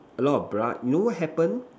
a lot of blood you know what happen